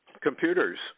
computers